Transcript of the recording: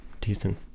decent